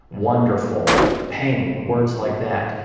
wonderful, pain, words like that.